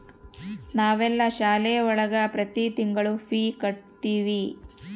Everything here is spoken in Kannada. ನಾವೆಲ್ಲ ಶಾಲೆ ಒಳಗ ಪ್ರತಿ ತಿಂಗಳು ಫೀ ಕಟ್ಟುತಿವಿ